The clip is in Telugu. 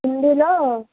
హిందీలో